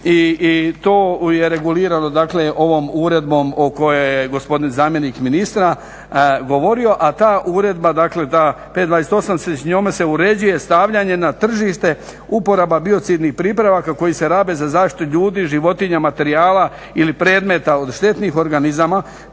i to je regulirano dakle ovom uredbom o kojoj je gospodin zamjenik ministra govorio, a ta uredba dakle ta 528 s njome se uređuje stavljanje na tržište uporaba biocidnih pripravaka koji se rabe za zaštitu ljudi, životinja, materijala ili predmeta od štetnih organizama